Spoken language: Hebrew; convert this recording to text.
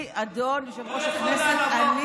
ידידי אדון יושב-ראש הישיבה,